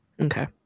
Okay